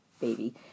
baby